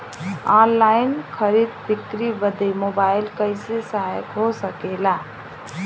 Online खरीद बिक्री बदे मोबाइल कइसे सहायक हो सकेला?